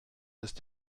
ist